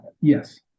Yes